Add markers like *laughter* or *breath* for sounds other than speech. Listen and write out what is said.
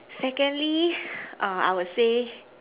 secondly *breath* err I would say